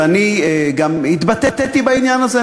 ואני גם התבטאתי בעניין הזה,